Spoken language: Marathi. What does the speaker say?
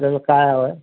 आपल्याला काय हवं आहे